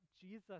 Jesus